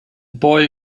boy